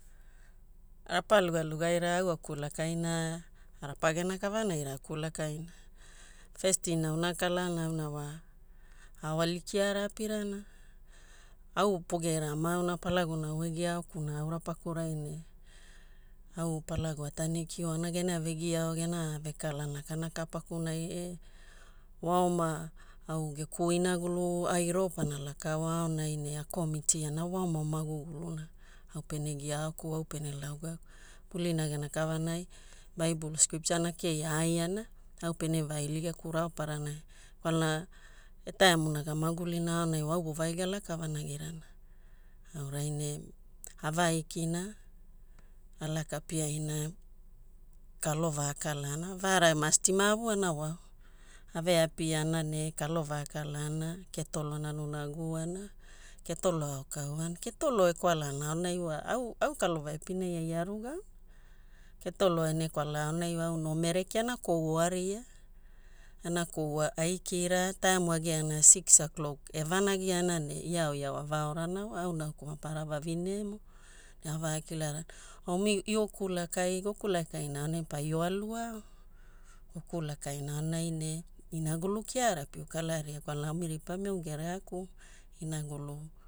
Rapaluga lugaira au akulakaina, rapa gena kavanaira akulakaina. First thing auna akala'ana auna wa aoali kia'ara apirana. Au pogiaira amauna Palaguna au egia aokuna aura pakurai ne au Palagu a Tanikiuana gena vegia'ao, gena vekala nakanaka pakunai e waoma au geku inagulu ai ro pana lakaoa aonai ne a commit ana waoma maguguluna au pene gia'aoku, au pene laugaku. Mulina gena kavanai Bible scripture na keia a'aiana au pene vailiagaku raoparanai kwalana etaimuna ga magulina aonai au vo'ovagi galaka vanagirana. Aurai ne avaikina, alakapiaina, kalova akala'ana, va'ara masti maveavuana wau ave apiana ne kalova akala'ana, ketolo nanuna agu'uana, ketolo a'aokauna ekwala'ana. Ketolo aonao wa au au kalova epinai ai aruga'aona. Ketolo ene kwala'a ao nai au no mereki ana kouoaria, ana kou aikira time agia'ana six O'clock evanagiana ne iaoiao avaorana wa, wa au nauku maparara vavine. Ne avakilarana, omi io kulakai, gokulakaina aonai omi paio aluao. Gokulakaina aonai ne inagulu kiara pio kalaria kwalana omi ripami au gereaku inagulu.